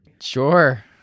Sure